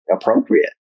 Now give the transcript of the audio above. appropriate